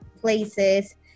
places